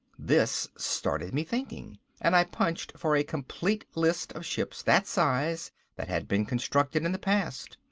this started me thinking and i punched for a complete list of ships that size that had been constructed in the past.